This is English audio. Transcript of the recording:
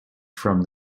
from